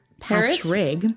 Patrick